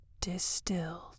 Distilled